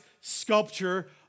sculpture